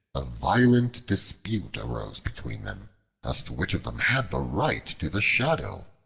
a violent dispute arose between them as to which of them had the right to the shadow.